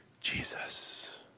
Jesus